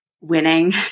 winning